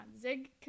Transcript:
Zig